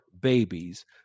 babies